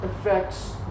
affects